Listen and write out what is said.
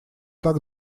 так